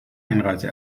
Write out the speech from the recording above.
einreise